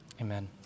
amen